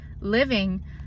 living